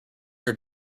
are